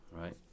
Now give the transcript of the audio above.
right